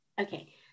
Okay